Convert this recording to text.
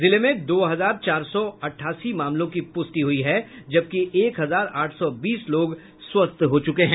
जिले में दो हजार चार सौ अठासी मामलों की पुष्टि हुई है जबकि एक हजार आठ सौ बीस लोग स्वस्थ हो चुके हैं